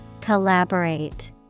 Collaborate